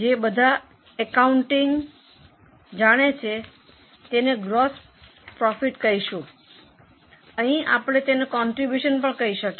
જે બધા એકાઉન્ટિંગને વિષયે જાણે છે તેને ગ્રોસ પ્રોફિટ કહીશું અહીં આપણે તેને કોન્ટ્રીબ્યુશન પણ કહી શકીએ